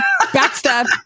backstab